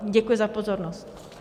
Děkuji za pozornost.